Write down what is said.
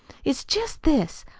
it's jest this.